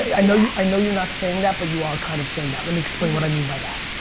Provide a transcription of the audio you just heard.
i know i know you're not saying that, but you are kind of saying that. let me explain what i mean by that.